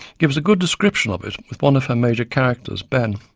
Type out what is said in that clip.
gives a good description of it with one of her major characters, ben,